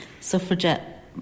suffragette